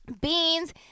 beans